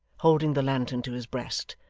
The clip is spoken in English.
holding the lantern to his breast,